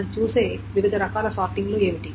మనం చూసే వివిధ రకాల సార్టింగ్లు ఏమిటి